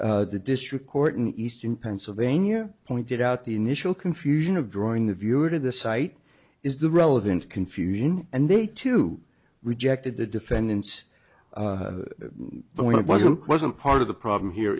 faith the district court in eastern pennsylvania pointed out the initial confusion of drawing the viewer to the site is the relevant confusion and they too rejected the defendants but when it wasn't wasn't part of the problem here